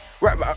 Right